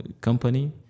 company